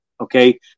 Okay